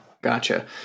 Gotcha